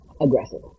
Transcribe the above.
aggressive